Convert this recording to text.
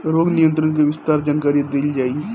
रोग नियंत्रण के विस्तार जानकरी देल जाई?